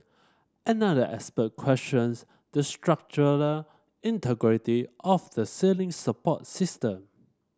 another expert questions the structural integrity of the ceiling support system